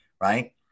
right